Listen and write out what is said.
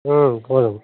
ம் போதுங்க